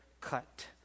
cut